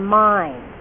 mind